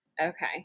okay